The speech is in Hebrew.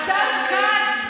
השר כץ,